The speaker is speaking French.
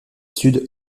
sud